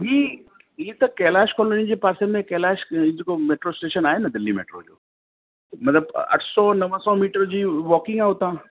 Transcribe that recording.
हीउ हीउ त कैलाश कॉलोनी जे पासे में कैलाश जेको मेट्रो स्टेशन आहे न दिल्ली मेट्रो जो मतिलबु अठ सौ नव सौ मीटर जी वॉकिंग आहे उतां